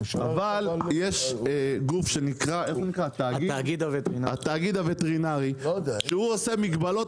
אבל יש גוף שנקרא התאגיד הווטרינרי שהוא עושה מגבלות